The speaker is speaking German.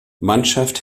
mannschaft